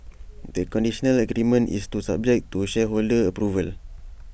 the conditional agreement is subject to shareholder approval